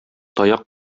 таяк